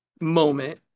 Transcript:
moment